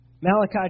Malachi